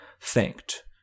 thanked